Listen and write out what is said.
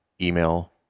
email